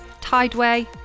Tideway